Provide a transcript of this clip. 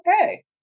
okay